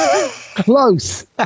close